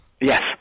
Yes